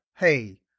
Hey